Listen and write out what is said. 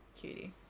cutie